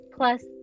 Plus